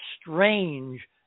strange